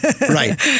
Right